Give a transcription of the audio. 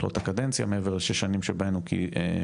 לו את הקדנציה מעבר לשש השנים שבהן הוא כיהן.